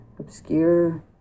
obscure